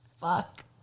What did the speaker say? fuck